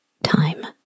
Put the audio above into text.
time